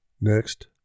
Next